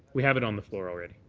we have it on the floor already.